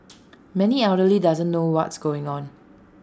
many elderly doesn't know what's going on